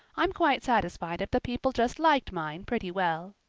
i'm quite satisfied if the people just liked mine pretty well.